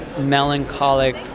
melancholic